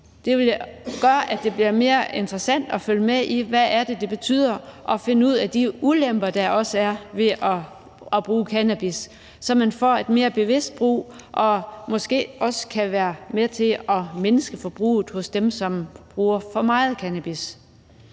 Det vil gøre, at det bliver mere interessant at følge med i, hvad det er, det betyder, og at man finder ud af de ulemper, der også er ved at bruge cannabis, så man får en mere bevidst brug, og måske kan det også være med til at mindske forbruget hos dem, som bruger for meget cannabis.